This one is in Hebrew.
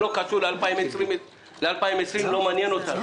2020 לא מעניין אותי.